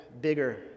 bigger